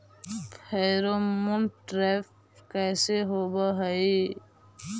Pheromone trap कैसे होब हई?